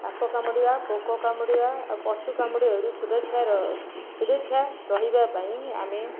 ସାପ କାମୁଡ଼ିବା ପୋକ କାମୁଡ଼ିବା ଆଉ ପଶୁ କାମୁଡ଼ିବାରୁ ସୁରକ୍ଷାର ସୁରକ୍ଷା ରହିବା ପାଇଁ ଆମେ